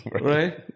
Right